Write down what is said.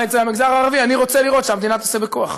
אבל במגזר הערבי אני רוצה לראות שהמדינה תעשה בכוח.